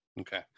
Okay